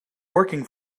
working